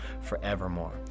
forevermore